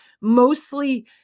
mostly